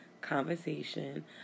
conversation